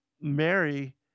Mary